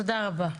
תודה רבה.